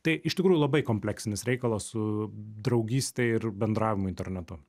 tai iš tikrųjų labai kompleksinis reikalas su draugyste ir bendravimu internetu